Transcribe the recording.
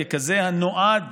ככזה הנועד